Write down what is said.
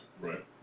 Right